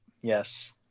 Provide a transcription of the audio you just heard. yes